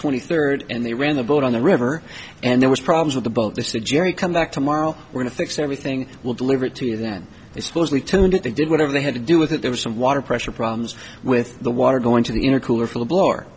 twenty third and they ran the boat on the river and there was problems with the boat this a jerry come back tomorrow we're going to fix everything will deliver it to you then they supposedly turned it they did whatever they had to do with it there was some water pressure problems with the water going to the inner cooler full